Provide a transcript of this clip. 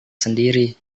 sendiri